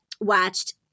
watched